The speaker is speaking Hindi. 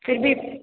फिर भी